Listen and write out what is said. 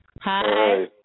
Hi